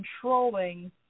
controlling